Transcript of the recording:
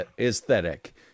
aesthetic